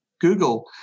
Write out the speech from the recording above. Google